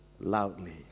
loudly